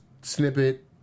snippet